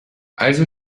also